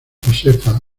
josefa